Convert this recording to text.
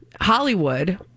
Hollywood